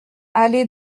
allée